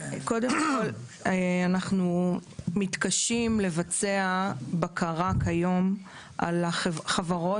אנחנו מתקשים לבצע בקרה על חברות,